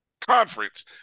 conference